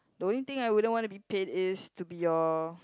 the only thing I wouldn't want to be paid is to be your